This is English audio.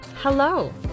Hello